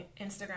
Instagram